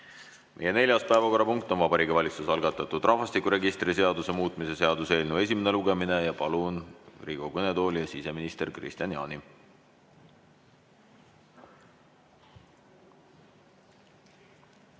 Neljas päevakorrapunkt on Vabariigi Valitsuse algatatud rahvastikuregistri seaduse muutmise seaduse eelnõu esimene lugemine. Palun Riigikogu kõnetooli siseminister Kristian Jaani.